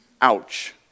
Ouch